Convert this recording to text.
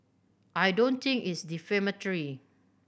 I don't think it's defamatory